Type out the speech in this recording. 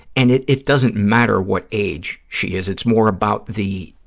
and it it doesn't matter what age she is. it's more about the,